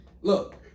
Look